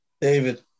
David